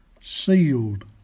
sealed